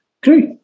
great